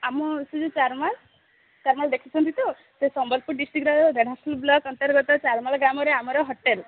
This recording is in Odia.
ଆମ ସେ ଯୋଉ ଚାରମାଲ ଚାରମାଲ ଦେଖିଛନ୍ତି ତ ସେ ସମ୍ବଲପୁର ଡିଷ୍ଟ୍ରିକ୍ଟର ରେଢ଼ାଶୁଲ ବ୍ଲକ୍ ଅନ୍ତର୍ଗତ ଚାରମାଲ ଗ୍ରାମରେ ଆମର ହୋଟେଲ